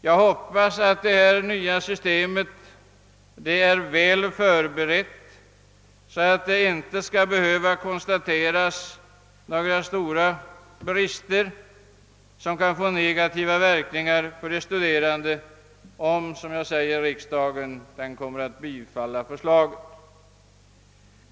Jag hoppas att det nya systemet är väl förberett och att det inte skall behöva konstateras att systemet har så stora brister, att det kan få negativa verkningar för de studerande, om nu riksdagen bifaller förslaget.